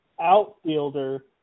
outfielder